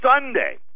Sunday